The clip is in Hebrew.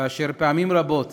כי פעמים רבות